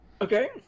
Okay